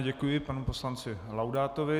Děkuji panu poslanci Laudátovi.